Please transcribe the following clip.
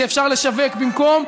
שאפשר לשווק במקום.